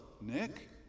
Nick